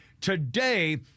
Today